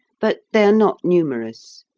but they are not numerous.